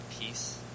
Peace